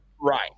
Right